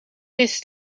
vis